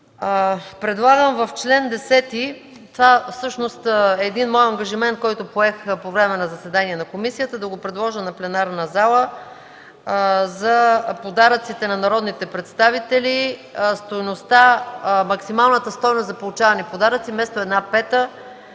Предлагам в чл. 10 – това е мой ангажимент, който поех по време на заседание на комисията, да го предложа на пленарната зала – за подаръците на народните представители, максималната стойност за получавани подаръци вместо една пета